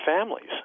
families